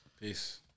Peace